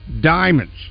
diamonds